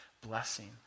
blessing